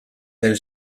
pel